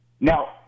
Now